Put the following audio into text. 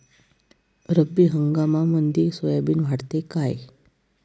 रब्बी हंगामामंदी सोयाबीन वाढते काय?